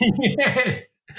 Yes